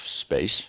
space